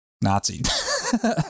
Nazi